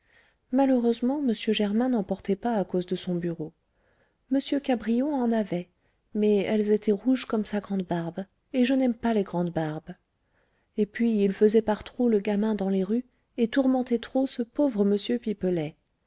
malheureusement m germain n'en portait pas à cause de son bureau m cabrion en avait mais elles étaient rouges comme sa grande barbe et je n'aime pas les grandes barbes et puis il faisait par trop le gamin dans les rues et tourmentait trop ce pauvre m pipelet